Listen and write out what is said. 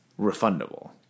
refundable